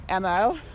MO